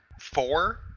four